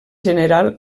general